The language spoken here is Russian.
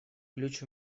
ключ